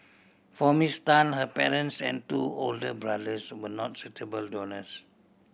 for Miss Tan her parents and two older brothers were not suitable donors